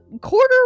quarter